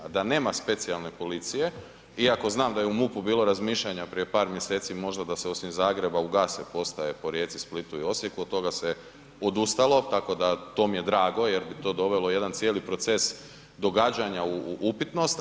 Da nema specijalne policije, iako znam da je u MUP-u bilo razmišljanja prije par mjeseci, možda da se osim u Zagreba, ugase postaje po Rijeci, Splitu i Osijeku, od toga se odustalo, tako da, to mi je drago, jer bi to dovelo jedan cijeli proces događanja u upitnost.